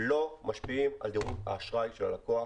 לא משפיעים על דירוג האשראי של הלקוח